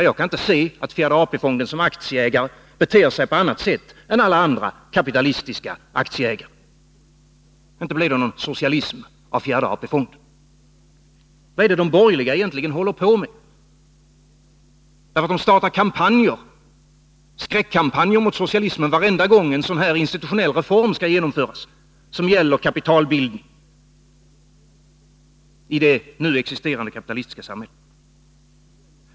Jag kan inte se att fjärde AP-fonden såsom aktieägare beter sig på annat sätt än alla andra kapitalistiska aktieägare. Inte blev det någon socialism av fjärde AP fonden. Vad håller de borgerliga egentligen på med? De startar skräckkampanjer mot socialismen varje gång en sådan här institutionell reform skall genomföras som gäller kapitalbildningen i det nu existerande kapitalistiska samhället.